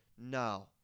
No